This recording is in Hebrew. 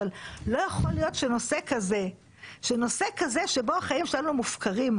אבל לא יכול להיות שנושא כזה שבו החיים שלנו מופקרים,